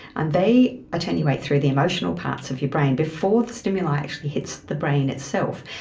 and they attenuate through the emotional parts of your brain before the stimuli actually hits the brain itself.